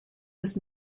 was